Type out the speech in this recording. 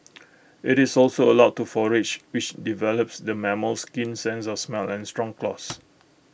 IT is also allowed to forage which develops the mammal's keen sense of smell and strong claws